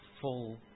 full